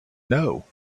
know